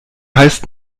heißt